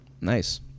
Nice